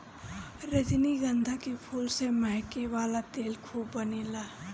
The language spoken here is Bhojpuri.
रजनीगंधा के फूल से महके वाला तेल खूब बनेला